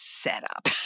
setup